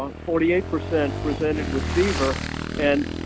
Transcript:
um forty eight percent presented with fever and